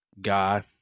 guy